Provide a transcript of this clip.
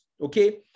okay